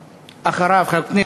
לסדר-היום.